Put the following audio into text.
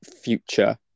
future